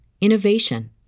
innovation